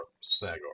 Sagar